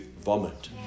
vomit